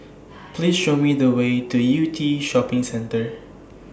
Please Show Me The Way to Yew Tee Shopping Centre